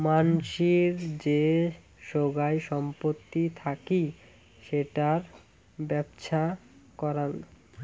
মানসির যে সোগায় সম্পত্তি থাকি সেটার বেপ্ছা করাং